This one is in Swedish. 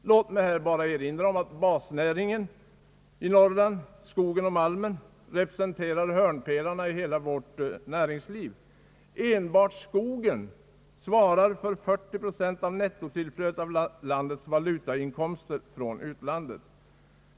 Låt mig här bara erinra om att basnä ringarna i skogslänen — skogen och malmen — representerar hörnpelarna inom hela vårt näringsliv. Enbart skogen svarar för över 40 procent av landets valutainkomster.